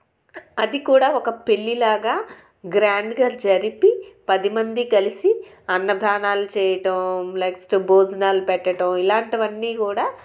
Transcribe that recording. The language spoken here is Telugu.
అది కూడా ఒక పెళ్లి లాగా గ్రాండ్గా జరిపి పదిమంది కలిసి అన్నదానాలు చేయడం నెక్స్ట్ భోజనాలు పెట్టడం ఇలాంటివన్నీ కూడా